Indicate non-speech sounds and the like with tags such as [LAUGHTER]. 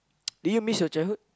[NOISE] do you miss your childhood